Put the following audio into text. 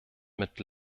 mit